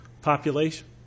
population